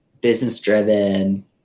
business-driven